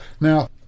Now